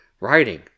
writing